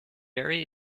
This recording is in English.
bury